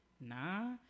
Nah